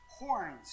horns